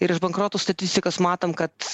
ir iš bankrotų statistikos matom kad